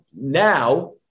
now